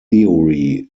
theory